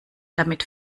damit